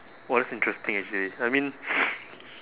!wah! that's interesting actually I mean